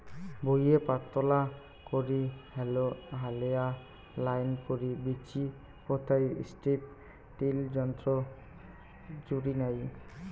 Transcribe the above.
ভুঁইয়ে পাতলা করি হালেয়া লাইন করি বীচি পোতাই স্ট্রিপ টিল যন্ত্রর জুড়ি নাই